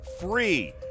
free